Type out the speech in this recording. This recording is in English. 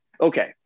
okay